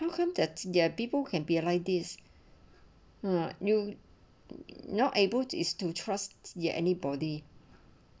how come that there people can be ally this a new not able to is to trust ya anybody